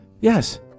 Yes